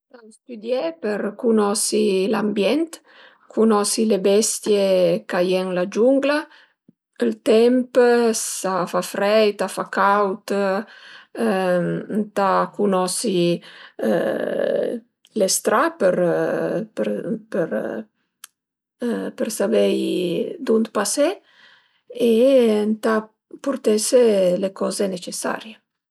Ëntà stüdié për cunosi l'ambient, cunosi le bestie ch'a ie ën la giungla, ël temp, s'a fa freit, s'a fa caud, ëntà cunosi le stra për për për savei dunt pasé e ëntà purtese le coze necesarie